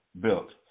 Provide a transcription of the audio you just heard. built